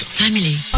family